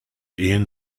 ian